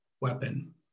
weapon